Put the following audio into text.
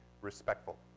respectful